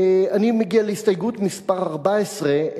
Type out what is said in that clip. אני מגיע להסתייגות מס' 14,